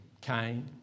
Cain